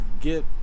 get